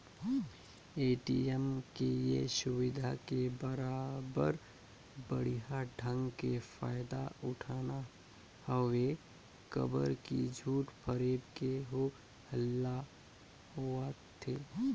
ATM के ये सुबिधा के बरोबर बड़िहा ढंग के फायदा उठाना हवे काबर की झूठ फरेब के हो हल्ला होवथे